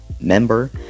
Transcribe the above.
member